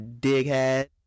dighead